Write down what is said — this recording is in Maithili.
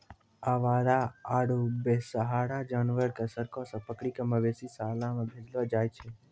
आवारा आरो बेसहारा जानवर कॅ सड़क सॅ पकड़ी कॅ मवेशी शाला मॅ भेजलो जाय छै